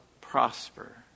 prosper